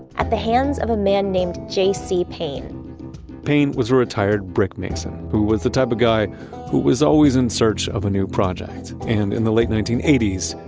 at the hands of a man named j c. payne payne was a retired brick mason who was the type of guy who was always in search of a new project. and in the late nineteen eighty s,